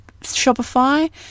Shopify